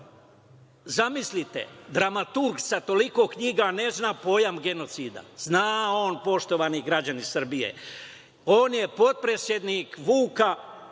citat. Zamislite dramaturg sa toliko knjiga, ne zna pojam „genocida“. Zna on, poštovani građani Srbije. On je potpredsednik stranke